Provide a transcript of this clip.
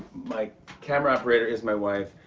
my camera operator is my wife.